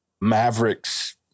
Maverick's